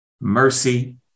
mercy